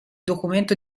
documento